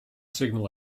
signal